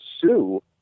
sue